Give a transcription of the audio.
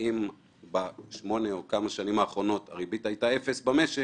אם בשמונה או בכמה השנים האחרונות הריבית הייתה אפס במשק